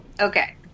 Okay